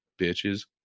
bitches